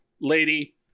Lady